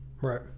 Right